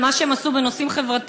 וחנין על מה שהם עשו בנושאים חברתיים,